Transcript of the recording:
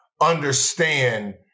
understand